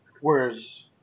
whereas